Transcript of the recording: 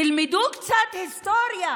תלמדו קצת היסטוריה,